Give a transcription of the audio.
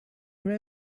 were